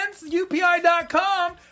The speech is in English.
UPI.com